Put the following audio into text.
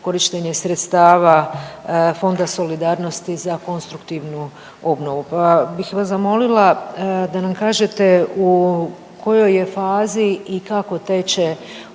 korištenje sredstava Fonda solidarnosti za konstruktivnu obnovu, pa bih vas zamolila da nam kažete u kojoj je fazi i kako teče